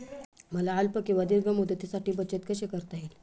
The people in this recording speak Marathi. मला अल्प किंवा दीर्घ मुदतीसाठी बचत कशी करता येईल?